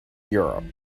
europe